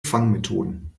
fangmethoden